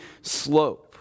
slope